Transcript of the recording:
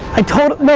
i totally,